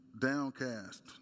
downcast